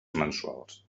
mensuals